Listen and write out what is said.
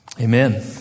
Amen